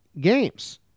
games